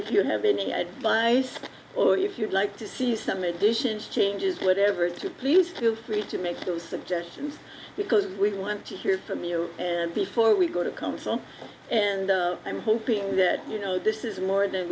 if you have any advice or if you'd like to see some additions changes whatever to please feel free to make those suggestions because we want to hear from you before we go to council and i'm hoping that you know this is more than